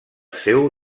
seu